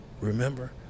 remember